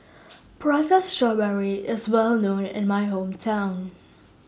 Prata Strawberry IS Well known in My Hometown